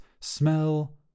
smell